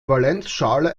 valenzschale